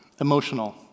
emotional